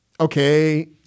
Okay